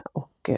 och